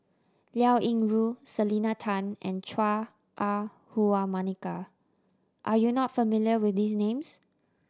Liao Yingru Selena Tan and Chua Ah Huwa Monica are you not familiar with these names